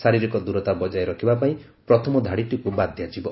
ଶାରୀରିକ ଦୂରତା ବଙ୍କାୟ ରଖିବା ପାଇଁ ପ୍ରଥମ ଧାଡ଼ିଟିକୁ ବାଦ୍ ଦିଆଯିବ